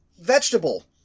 vegetable